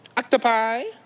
Octopi